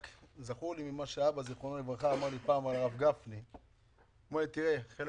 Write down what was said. זכור לי ממה שאמר לי אבא על הרב גפני אמר: חלק